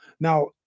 Now